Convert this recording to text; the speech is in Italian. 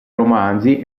romanzi